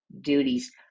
duties